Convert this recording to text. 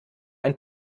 ein